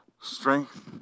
strength